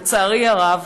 לצערי הרב,